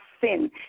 sin